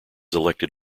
elected